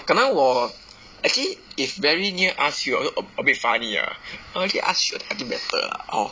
可能我 actually if very near ask you also a a bit funny ah err actually ask you I I think better lah hor